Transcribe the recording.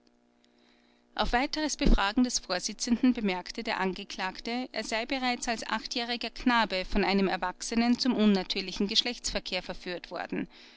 auf weiteres befragen des vorsitzenden bemerkte der angeklagte er sei bereits als achtjähriger knabe von einem erwachsenen zum unnatürlichen geschlechtsverkehr verführt worden